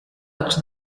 touch